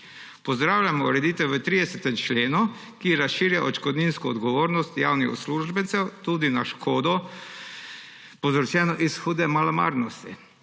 Pozdravljamo ureditev v 30. členu, ki razširja odškodninsko odgovornost javnih uslužbencev tudi na škodo, povzročeno iz hude malomarnosti.